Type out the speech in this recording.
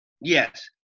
Yes